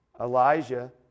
Elijah